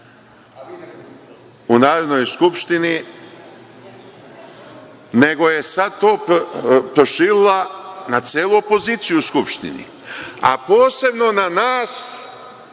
u Narodnoj skupštini, nego je to sad proširila na celu opoziciju u Skupštini, a posebno na nas